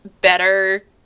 better